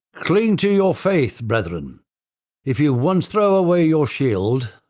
cling to your faith brethren if you once throw away your shield,